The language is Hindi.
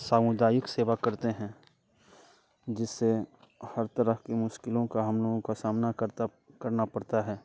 सामुदायिक सेवा करते हैं जिससे हर तरह की मुश्किलों का हम लोगों का करना पड़ता है